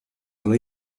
ole